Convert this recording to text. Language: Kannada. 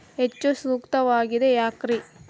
ಹೆಚ್ಚು ಸೂಕ್ತವಾಗಿದೆ ಯಾಕ್ರಿ?